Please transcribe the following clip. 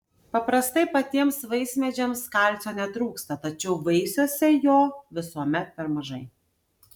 paprastai patiems vaismedžiams kalcio netrūksta tačiau vaisiuose jo visuomet per mažai